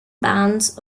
bands